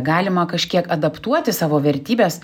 galima kažkiek adaptuoti savo vertybes